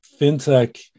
fintech